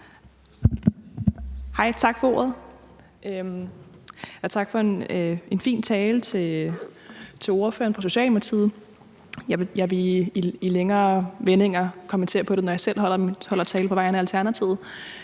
Hej, og tak for ordet, og tak til ordføreren for Socialdemokratiet for en fin tale. Jeg vil i længere vendinger kommentere på det, når jeg selv holder tale på vegne af Alternativet,